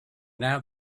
now